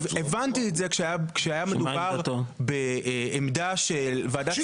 הבנתי את זה כשהיה מדובר בעמדה של ועדת